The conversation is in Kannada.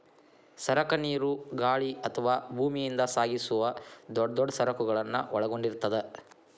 ಸರಕ ನೇರು ಗಾಳಿ ಅಥವಾ ಭೂಮಿಯಿಂದ ಸಾಗಿಸುವ ದೊಡ್ ದೊಡ್ ಸರಕುಗಳನ್ನ ಒಳಗೊಂಡಿರ್ತದ